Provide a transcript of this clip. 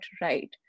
right